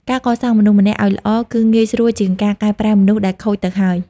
ការកសាងមនុស្សម្នាក់ឱ្យល្អ គឺងាយស្រួលជាងការកែប្រែមនុស្សដែលខូចទៅហើយ។